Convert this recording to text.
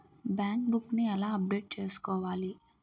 Bank book నీ ఎలా update చేసుకోవాలి?